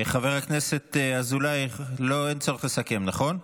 חבר הכנסת אזולאי, אין צורך לסכם, נכון?